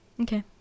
Okay